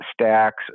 stacks